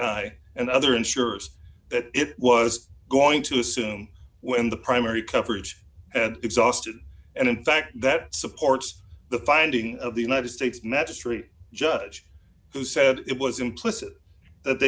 i and other insurance that it was going to assume when the primary coverage exhausted and in fact that supports the finding of the united states necessary judge who said it was implicit that they